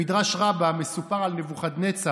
במדרש רבה מסופר על נבוכדנצר